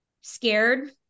scared